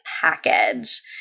package